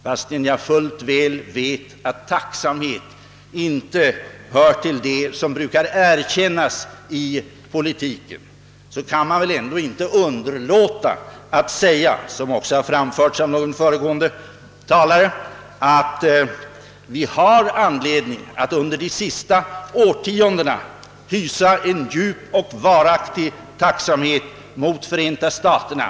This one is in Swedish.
Fastän jag väl vet att tacksamhet inte hör till det som brukar erkännas i politiken kan man väl ändå inte underlåta att säga, vilket också framförts av en föregående talare, att vi har haft anledning att under de senaste årtiondena hysa en djup och varaktig tacksamhet mot Förenta staterna.